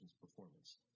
performance